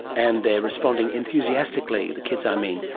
and they're responding enthusiastically, the kids i mean.